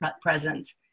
presence